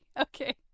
okay